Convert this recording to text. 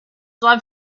love